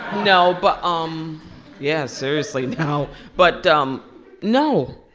no. but um yeah, seriously, now but um no.